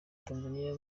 tanzania